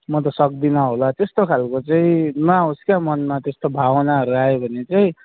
म त सक्दिनँ होला त्यस्तो खालको चाहिँ नआओस् क्या मनमा त्यस्तो भावनाहरू आयो भने चाहिँ